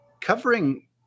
covering